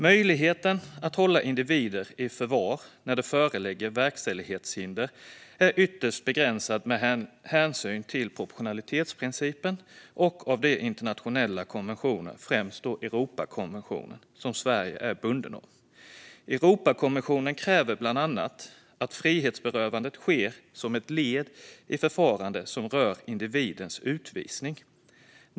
Möjligheten att hålla individer i förvar när det föreligger verkställighetshinder är ytterst begränsad med hänsyn till proportionalitetsprincipen och de internationella konventioner, främst Europakonventionen, som Sverige är bundet av. Europakonventionen kräver bland annat att frihetsberövandet ska ske som ett led i ett förfarande som rör individens utvisning.